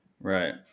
Right